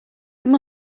there